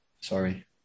Sorry